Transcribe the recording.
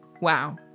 wow